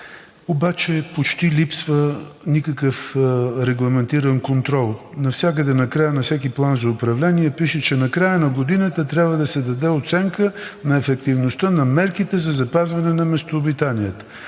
обаче почти липсва и е никакъв регламентиран контрол. Навсякъде на всеки план за управление пише, че накрая на годината трябва да се даде оценка на ефективността на мерките за запазване на местообитанията.